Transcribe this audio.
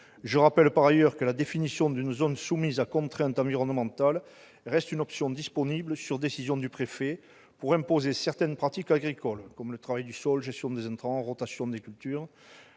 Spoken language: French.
je rappelle que la définition d'une zone soumise à contrainte environnementale reste une option disponible sur décision du préfet pour imposer certaines pratiques agricoles- travail du sol, gestion des intrants, rotation des cultures